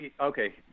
okay